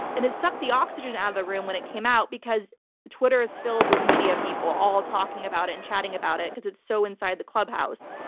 and it sucked the oxygen out of the room when it came out because twitter is filled with media people, all talking about and chatting about it because it's so inside the clubhouse.